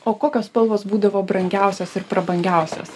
o kokios spalvos būdavo brangiausios ir prabangiausios